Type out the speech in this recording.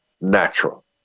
natural